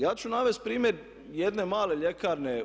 Ja ću navesti primjer jedne male ljekarne.